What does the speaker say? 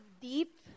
deep